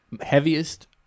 heaviest